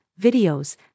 videos